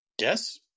Yes